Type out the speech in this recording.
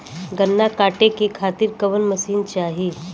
गन्ना कांटेके खातीर कवन मशीन चाही?